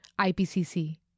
IPCC